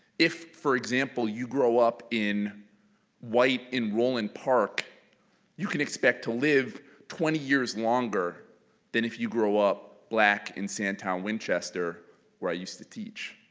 if, for example, you grow up white in roland park you can expect to live twenty years longer than if you grow up black in sandtown-winchester where i used to teach.